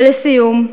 ולסיום,